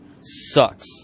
sucks